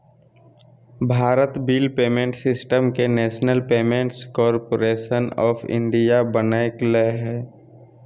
Bharat bill payment system के national payments corporation of India बनैल्कैय